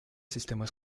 sistemas